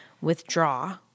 withdraw